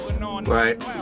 right